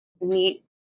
neat